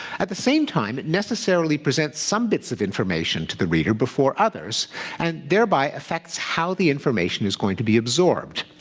at the same time, it necessarily presents some bits of information to the reader before others and thereby affects how the information is going to be absorbed.